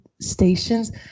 stations